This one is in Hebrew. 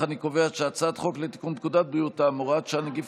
אם כן,